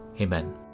Amen